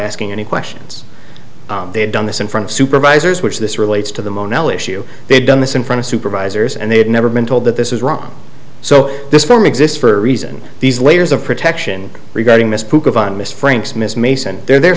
asking any questions they had done this in front of supervisors which this relates to the mono issue they've done this in front of supervisors and they had never been told that this was wrong so this film exists for a reason these layers of protection regarding miss miss franks miss mason they're there